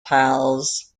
pals